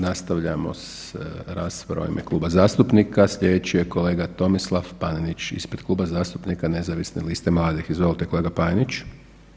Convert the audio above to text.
Nastavljamo s raspravom u ime kluba zastupnika, slijedeći je kolega Tomislav Panenić ispred Kluba zastupnika nezavisne liste mladih, izvolite kolega Panenić.